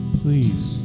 please